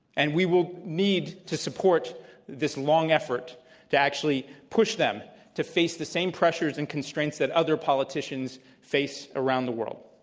and we will need to support this long effort to actually push them to face the same pressures and constraints that other politicians face around the world.